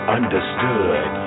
understood